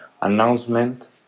announcement